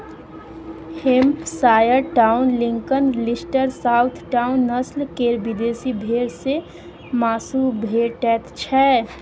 Hampshire Down, Lincoln, Leicester, Southdown, नस्ल केर विदेशी भेंड़ सँ माँसु भेटैत छै